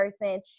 person